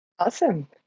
awesome